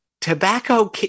tobacco